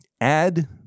Add